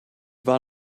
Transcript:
war